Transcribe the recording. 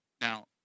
Now